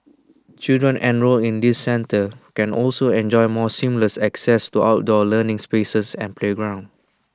children enrolled in these centres can also enjoy more seamless access to outdoor learning spaces and playgrounds